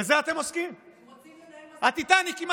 בזה אתם עוסקים.